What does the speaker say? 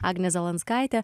agnė zalanskaitė